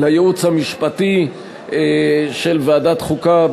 לייעוץ המשפטי של ועדת החוקה,